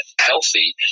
healthy